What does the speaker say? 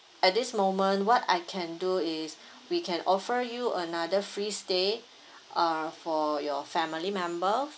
at this moment what I can do is we can offer you another free stay ah for your family member